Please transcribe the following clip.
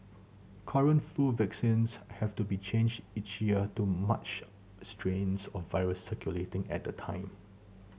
current flu vaccines have to be changed each year to match strains of virus circulating at the time